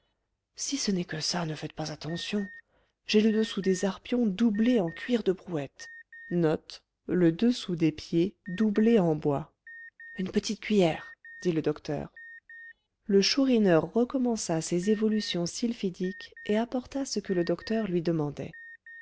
si ce n'est que ça ne faites pas attention j'ai le dessous des arpions doublé en cuir de brouette une petite cuiller dit le docteur le chourineur recommença ses évolutions sylphidiques et apporta ce que le docteur lui demandait